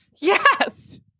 Yes